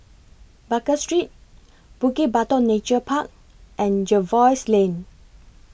Baker Street Bukit Batok Nature Park and Jervois Lane